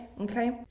okay